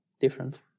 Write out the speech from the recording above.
different